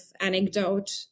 anecdote